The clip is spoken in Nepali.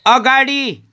अगाडि